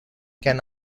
can